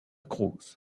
cruz